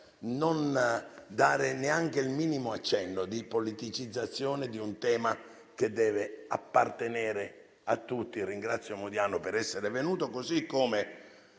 non dare neanche il minimo accenno di politicizzazione di un tema che deve appartenere a tutti. Ringrazio Modiano per essere venuto.